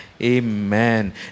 Amen